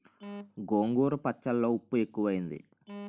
గోంగూర పచ్చళ్ళో ఉప్పు ఎక్కువైంది